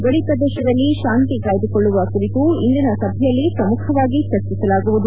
ಗಡಿ ಪ್ರದೇಶದಲ್ಲಿ ಶಾಂತಿ ಕಾಯ್ಲಕೊಳ್ದುವ ಕುರಿತು ಇಂದಿನ ಸಭೆಯಲ್ಲಿ ಪ್ರಮುಖವಾಗಿ ಚರ್ಚಿಸಲಾಗುವುದು